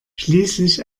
schließlich